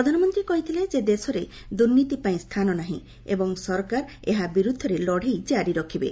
ପ୍ରଧାନମନ୍ତ୍ରୀ କହିଥିଲେ ଯେ ଦେଶରେ ଦୂର୍ନୀତି ପାଇଁ ସ୍ଥାନ ନାହିଁ ଏବଂ ସରକାର ଏହା ବିରୁଦ୍ଧରେ ଲଢ଼େଇ କାରି ରଖିବେ